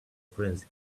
frenzy